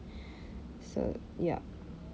so yup